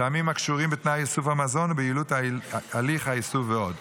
טעמים הקשורים בתנאי איסוף המזון וביעילות הליך האיסוף ועוד.